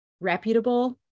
reputable